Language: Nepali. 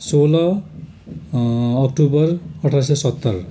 सोह्र अक्टोबर अठार सय सत्तर